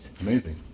Amazing